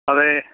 അതെ